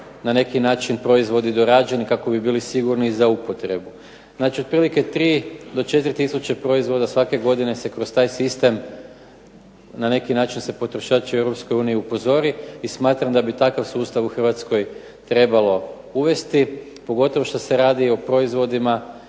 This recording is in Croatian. na neki način proizvodi dorađeni kako bi bili sigurni za upotrebu. Znači, otprilike 3 do 4 tisuće proizvoda svake godine se kroz taj sistem na neki način se potrošače u Europskoj uniji upozori i smatram da bi takav sustav u Hrvatskoj trebalo uvesti, pogotovo što se radi o proizvodima